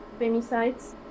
femicides